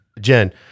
Jen